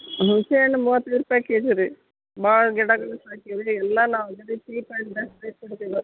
ಹುಣ್ಸೆ ಹಣ್ಣು ಮೂವತ್ತೈದು ರೂಪಾಯಿ ಕೆಜಿ ರೀ ಭಾಳ ಗಿಡಗಳು ಹಾಕೇವಿ ಎಲ್ಲ ನಾವು ಇದರಲ್ಲಿ ಚೀಪ್ ಆ್ಯಂಡ್ ಬೆಸ್ಟ್ ರೇಟ್ ಕೊಡ್ತೀವಿ